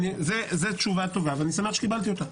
זו תשובה טובה, ואני שמח שקיבלתי אותה.